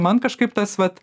man kažkaip tas vat